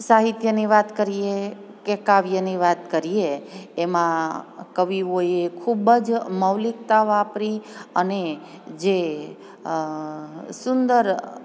સાહિત્યની વાત કરીએ કે કાવ્યની વાત કરીએ એમાં કવિઓએ ખૂબ જ મૌલિકતા વાપરી અને જે સુંદર